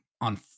on